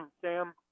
Sam